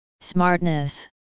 smartness